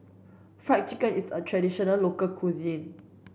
fried chicken is a traditional local cuisine